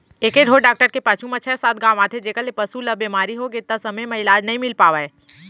एके ढोर डॉक्टर के पाछू म छै सात गॉंव आथे जेकर ले पसु ल बेमारी होगे त समे म इलाज नइ मिल पावय